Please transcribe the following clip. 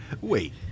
Wait